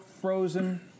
frozen